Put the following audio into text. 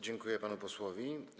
Dziękuję panu posłowi.